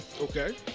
Okay